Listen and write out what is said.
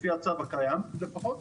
לפי הצו הקיים לפחות,